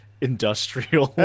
industrial